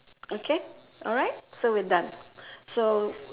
okay alright so we're done so